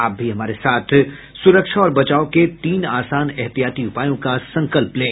आप भी हमारे साथ सुरक्षा और बचाव के तीन आसान एहतियाती उपायों का संकल्प लें